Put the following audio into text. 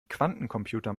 quantencomputer